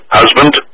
husband